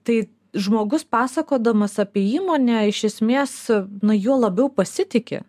tai žmogus pasakodamas apie įmonę iš esmės nuo juo labiau pasitiki